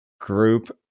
group